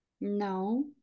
No